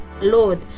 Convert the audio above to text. Lord